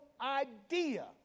idea